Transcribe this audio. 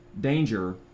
danger